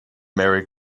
merry